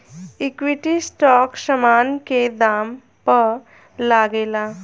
equity stock समान के दाम पअ लागेला